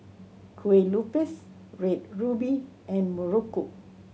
Kueh Lupis Red Ruby and muruku